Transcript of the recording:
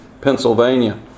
Pennsylvania